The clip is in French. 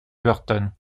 burton